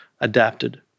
adapted